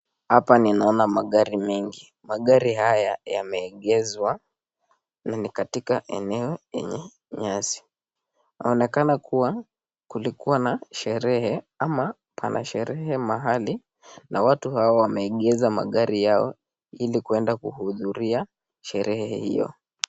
Hapa ninaona magari mengi. Magari haya yameegezwa katika eneo yenye nyasi. Inaonekana kuwa kulikuwa na sherehe ama pana sherehe mahali na watu hawa wameegeza magari yao ili kueda kuhudhuria sherehe hio.